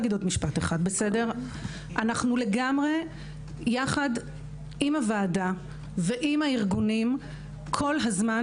אנחנו לגמרי יחד עם הוועדה ועם הארגונים כל הזמן